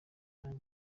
nange